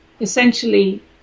essentially